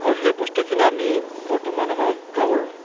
আৰু সেই বস্তুখিনি আমি বৰ্তমান আমাৰ গাঁৱৰ